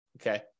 okay